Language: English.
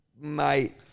mate